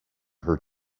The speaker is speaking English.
her